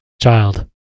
child